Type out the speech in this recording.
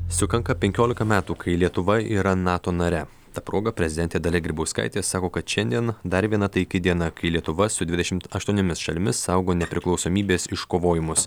sukanka penkiolika metų kai lietuva yra nato nare ta proga prezidentė dalia grybauskaitė sako kad šiandien dar viena taiki diena kai lietuva su dvidešimt aštuoniomis šalimis saugo nepriklausomybės iškovojimus